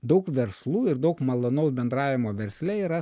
daug verslų ir daug malonaus bendravimo versle yra